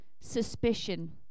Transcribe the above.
suspicion